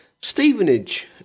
Stevenage